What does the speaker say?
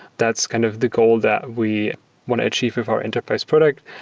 that's kind of the goal that we want to achieve of our enterprise product.